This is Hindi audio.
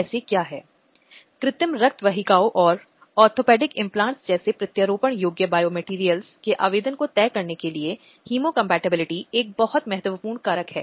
ताकि देश में महिलाओं के मुद्दों और दृष्टिकोणों के संबंध में समय के साथ इस परिदृश्य में बहुत बदलाव आए